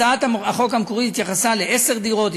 הצעת החוק המקורית התייחסה לעשר דירות,